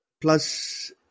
Plus